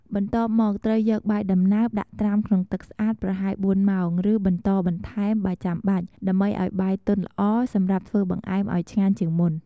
បន្ទាប់មក ត្រូវយកបាយដំណើបដាក់ត្រាំក្នុងទឹកស្អាតប្រហែល ៤ ម៉ោង ឬបន្តបន្ថែមបើចាំបាច់ ដើម្បីឱ្យបាយទន់ល្អ សម្រាប់ធ្វើបង្អែមឱ្យឆ្ងាញ់ជាងមុន។